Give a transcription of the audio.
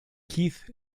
keith